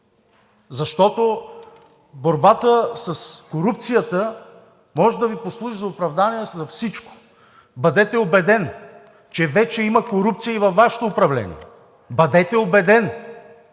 Защото борбата с корупцията може да Ви послужи за оправдание за всичко. Бъдете убеден, че вече има корупция и във Вашето управление! Бъдете убеден!